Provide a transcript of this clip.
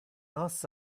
nos